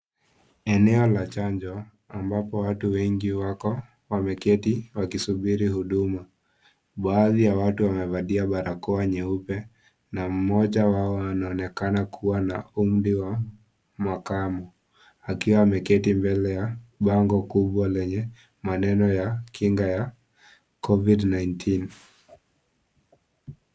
Eneo la chanjo ambapo watu wengi wako wameketi wakisubiri huduma, baadhi ya watu wamevalia barakoa nyeupe na mmoja wao anaonekana kuwa na umri wa makama akiwa ameketi mbele ya bango kubwa lenye maneno ya kinga ya Covid19.